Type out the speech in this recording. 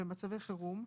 במצבי חירום,